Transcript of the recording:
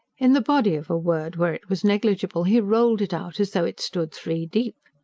in the body of a word where it was negligible, he rolled it out as though it stood three deep.